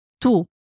Tu